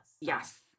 Yes